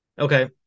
Okay